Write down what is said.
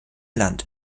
land